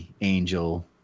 angel